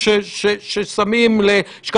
כפי ששמענו אותם כאן,